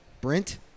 Brent